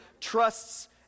trusts